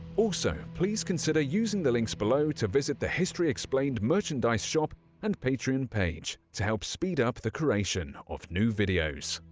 also, please consider using the links below to visit the history explained merchandise shop and patreon page to help speed-up the creation of new videos.